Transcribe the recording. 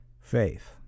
faith